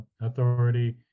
authority